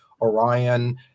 Orion